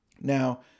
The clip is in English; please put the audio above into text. Now